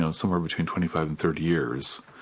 and somewhere between twenty five and thirty years,